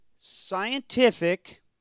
scientific